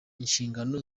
inshingano